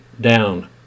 down